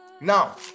Now